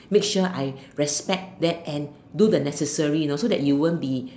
make sure I respect that and do the necessary you know so that you won't be